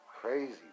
crazy